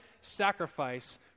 sacrifice